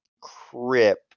crip